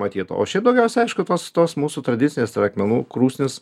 matyta o šiaip daugiausia aišku tos tos mūsų tradicinės tai yra akmenų krūsnis